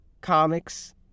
comics